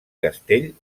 castell